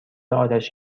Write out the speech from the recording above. آتش